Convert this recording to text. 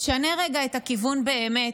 שנה רגע את הכיוון באמת,